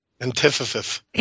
antithesis